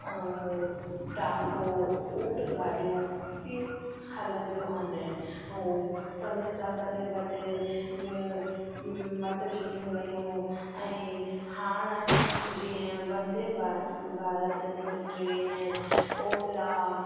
टांगो ऊंट गाॾियूं इहे हलंदियूं आहिनि उहो समय सां गॾु गॾु इअं मटजंदियूं वेयूं ऐं हाणे जीअं वंदे भा भारत ट्रेन ओला